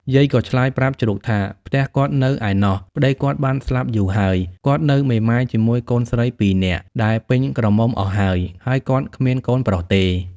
យាយក៏ឆ្លើយប្រាប់ជ្រូកថា ផ្ទះគាត់នៅឯណោះ ប្ដីគាត់បានស្លាប់យូរហើយ គាត់នៅមេម៉ាយជាមួយកូនស្រីពីរនាក់ដែលពេញក្រមុំអស់ហើយ ហើយគាត់គ្មានកូនប្រុសទេ។